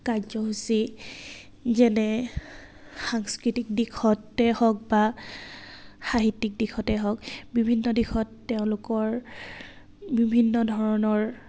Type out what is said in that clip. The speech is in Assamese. কাৰ্যসূচী যেনে সাংস্কৃতিক দিশতে হওক বা সাহিত্যিক দিশতে হওক বিভিন্ন দিশত তেওঁলোকৰ বিভিন্ন ধৰণৰ